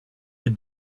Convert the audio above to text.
but